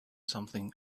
something